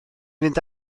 fynd